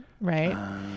right